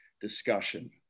discussion